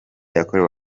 yakorewe